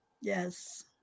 Yes